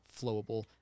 flowable